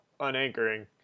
unanchoring